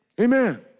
Amen